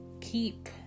keep